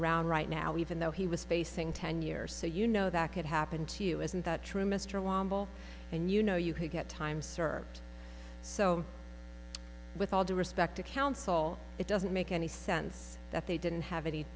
around right now even though he was facing ten years so you know that could happen to you isn't that true mr law and you know you could get time served so with all due respect to counsel it doesn't make any sense that they didn't have any